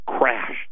crashed